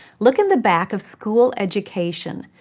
look in the back of school education,